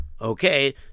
Okay